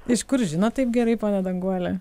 iš kur žinot taip gerai ponia danguole